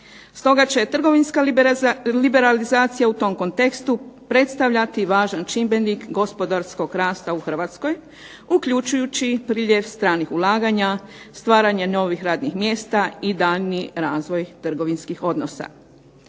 Stoga će trgovinska liberalizacija u tom kontekstu predstavljati važan čimbenik gospodarskog rasta u Hrvatskoj uključujući priljev stranih ulaganja, stvaranja novih radnih mjesta i daljnji razvoj trgovinskih odnosa.